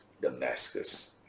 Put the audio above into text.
Damascus